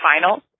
final